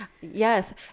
Yes